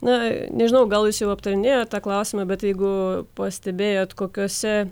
na nežinau gal jis jau aptarinėjot tą klausimą bet jeigu pastebėjot kokiose